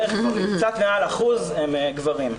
קצת מעל 1% הם גברים.